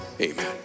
amen